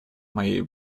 моей